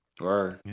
Right